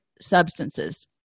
substances